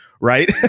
right